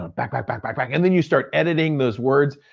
ah back, back, back, back, back and then you start editing those words,